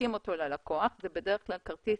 מנפיקים אותו ללקוח, זה בדרך כלל כרטיס